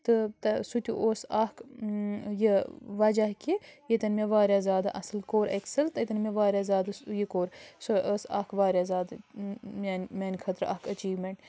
تہٕ تہٕ سُہ تہِ اوس اَکھ یہِ وَجہ کہِ ییٚتٮ۪ن مےٚ واریاہ زیادٕ اَصٕل کوٚر اٮ۪کسٕل تَتٮ۪ن مےٚ واریاہ زیادٕ یہِ کوٚر سُہ ٲس اَکھ واریاہ زیادٕ میٛانہِ میٛانہِ خٲطرٕ اَکھ أچیٖومٮ۪نٛٹ